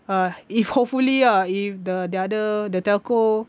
uh if hopefully ah if the other the telco